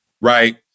right